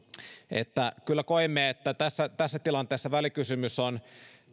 että kyllä koimme että tässä tässä tilanteessa välikysymys on